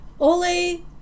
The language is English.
Ole